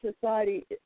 society